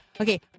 Okay